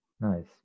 nice